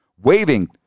waving